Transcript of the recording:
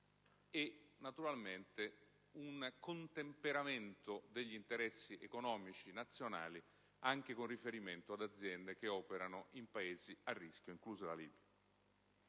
e, naturalmente, un contemperamento degli interessi economici nazionali anche con riferimento ad aziende che operano in Paesi a rischio, inclusa la Libia.